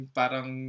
parang